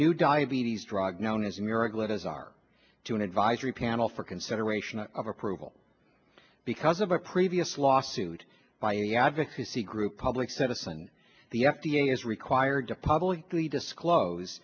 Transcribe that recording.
new diabetes drug known as a miracle it has are to an advisory panel for consideration of approval because of a previous lawsuit by the advocacy group public citizen the f d a is required to publicly disclose